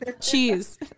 Cheese